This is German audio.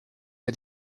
der